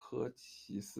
科奇斯